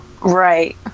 right